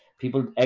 people